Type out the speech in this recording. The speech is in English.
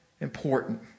important